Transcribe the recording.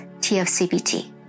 TFCBT